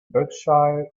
berkshire